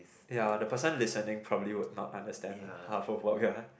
ya the person listening probably would not understand half of what we are